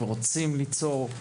שרוצים ליצור,